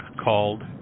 called